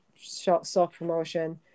self-promotion